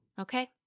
Okay